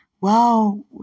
wow